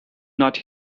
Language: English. not